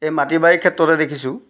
এই মাটি বাৰী ক্ষেত্ৰতে দেখিছোঁ